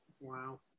Wow